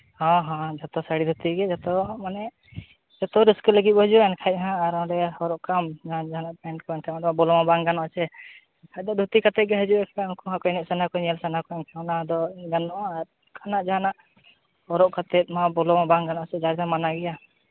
ᱦᱚᱸ ᱦᱚᱸ ᱡᱚᱛᱚ ᱥᱟᱹᱲᱤ ᱠᱟᱛᱮ ᱜᱮ ᱢᱟᱱᱮ ᱡᱚᱛᱚ ᱡᱚᱛᱚ ᱨᱟᱹᱥᱠᱟᱹ ᱞᱟᱹᱜᱤᱫ ᱠᱚ ᱦᱤᱡᱩᱜᱼᱟ ᱮᱱᱠᱷᱟᱡ ᱫᱚ ᱟᱨ ᱚᱸᱰᱮ ᱦᱚᱨᱚᱜ ᱠᱟᱜᱼᱟᱢ ᱡᱟᱦᱟᱱᱟᱜ ᱯᱮᱱᱴ ᱠᱚ ᱮᱱᱠᱷᱟᱱ ᱫᱚ ᱵᱚᱞᱚ ᱢᱟ ᱵᱟᱝ ᱜᱟᱱᱚᱜᱼᱟ ᱥᱮ ᱮᱱᱠᱷᱟᱡ ᱫᱚ ᱫᱷᱩᱛᱤ ᱠᱟᱛᱮ ᱜᱮ ᱦᱤᱡᱩᱜᱼᱟᱠᱚ ᱩᱱᱠᱩ ᱦᱚᱸᱠᱚ ᱮᱱᱮᱡᱽ ᱥᱟᱱᱟ ᱠᱚᱣᱟ ᱧᱮᱞ ᱥᱟᱱᱟ ᱠᱚᱣᱟ ᱮᱱᱠᱷᱟᱱ ᱚᱱᱟ ᱫᱚ ᱵᱟᱹᱱᱩᱜᱼᱟ ᱟᱨ ᱚᱱᱠᱟᱱᱟᱜ ᱡᱟᱦᱟᱱᱟᱜ ᱦᱚᱨᱚᱜ ᱠᱟᱫᱮ ᱢᱱᱟ ᱵᱚᱞᱚ ᱢᱟ ᱵᱟᱭ ᱜᱟᱱᱚᱜᱼᱟ ᱥᱮ ᱡᱟᱭᱜᱟ ᱢᱟᱱᱟ ᱜᱮᱭᱟ